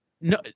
no